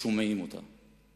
שומעים אותה.